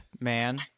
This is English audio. man